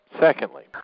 Secondly